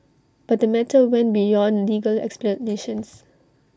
but the matter went beyond legal explanations